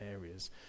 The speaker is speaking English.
areas